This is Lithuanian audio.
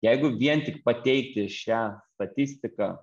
jeigu vien tik pateikti šią statistiką